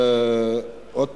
ועוד פעם,